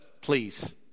please